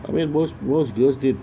where most was did